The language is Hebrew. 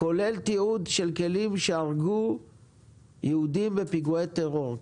כולל תיעוד של כלים שהרגו יהודים בפיגועי טרור,